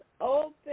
open